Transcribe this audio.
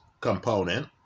component